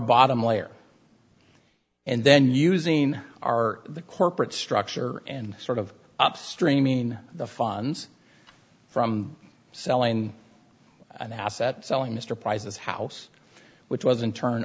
bottom layer and then using our corporate structure and sort of upstream mean the funds from selling an asset selling mr prizes house which was in turn